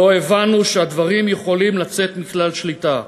לא הבנו שהדברים יכולים לצאת מכלל שליטה.